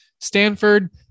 Stanford